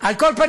על כל פנים,